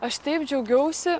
aš taip džiaugiausi